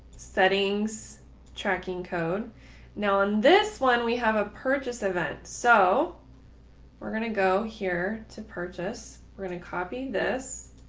settings tracking code now on this one, we have a purchase event, so we're going to go here to purchase. we're going to copy this.